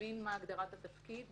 מבין מה הגדרת התפקיד,